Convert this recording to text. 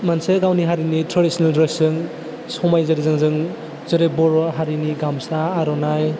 मोनसे गावनि हारिनि ट्रेडिछनेल ड्रेचजों समायजोरजोजों जेरै बर' हारिनि गामसा आर'नाइ